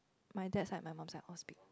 my dad and my mom I would speak